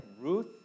Ruth